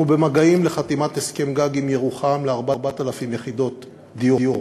אנחנו במגעים לחתימת הסכם-גג עם ירוחם ל-4,000 יחידות דיור.